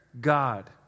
God